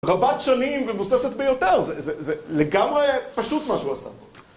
רבת שנים ומבוססת ביותר, זה לגמרי פשוט מה שהוא עשה.